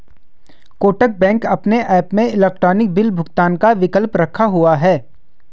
Kotak bank अपने app में electronic bill भुगतान का विकल्प रखा हुआ है